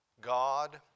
God